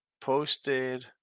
posted